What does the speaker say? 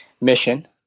mission